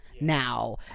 Now